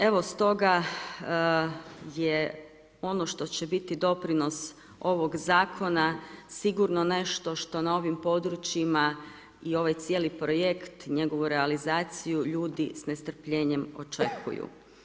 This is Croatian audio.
Evo stoga, je ono što će biti doprinos ovog zakona, sigurno nešto što na ovim područjima i ovaj cijeli projekt, i njegovu realizaciju, ljudi s nestrpljenjem očekuju.